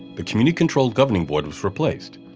the community-controlled governing board was replaced,